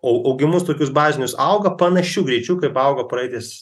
au augimus tokius bazinius auga panašiu greičiu kaip augo praeitais